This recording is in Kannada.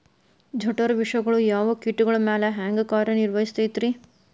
ಜಠರ ವಿಷಗಳು ಯಾವ ಕೇಟಗಳ ಮ್ಯಾಲೆ ಹ್ಯಾಂಗ ಕಾರ್ಯ ನಿರ್ವಹಿಸತೈತ್ರಿ?